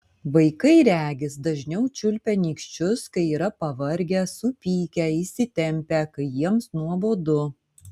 vaikai regis dažniau čiulpia nykščius kai yra pavargę supykę įsitempę kai jiems nuobodu